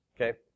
okay